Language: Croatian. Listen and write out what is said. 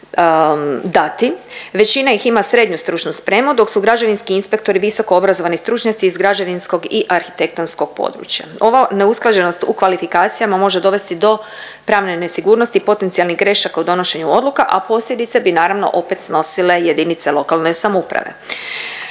dati, većina ih ima srednju stručnu spremu dok su građevinski inspektori visoko obrazovani stručnjaci iz građevinskog i arhitektonskog područja. Ova neusklađenost u kvalifikacijama može dovesti do pravne nesigurnosti i potencijalnih grešaka u donošenju odluka, a posljedice bi naravno opet snosile jedinice lokalne samouprave.